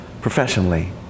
professionally